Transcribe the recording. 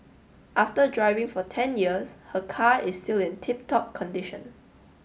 after driving for ten years her car is still in tip top condition